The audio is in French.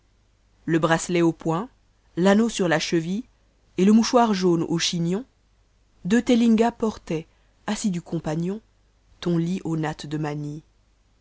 le braeete aux poings l'anneau sur la cheville et le mouchoir jaune aux chignons deux telfngas portaient assidus compagnons ton lit aux nattes de manille